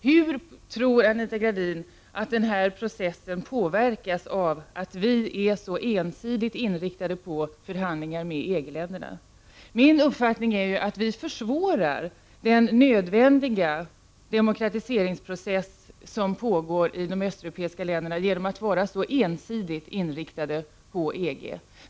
Hur tror Anita Gradin att denna process påverkas av att vi är så ensidigt inriktade på förhandlingar med EG-länderna? Min uppfattning är att vi försvårar den nödvändiga demokratiseringsprocess som pågår i de östeuropeiska länderna genom att vara så ensidigt inriktade på EG.